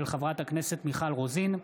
של חברת הכנסת מיכל רוזין,